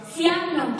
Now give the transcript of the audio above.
אין, סיימנו.